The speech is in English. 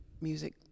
music